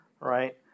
right